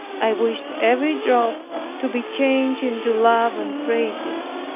i wished every drop to be changed into love and praises.